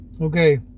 Okay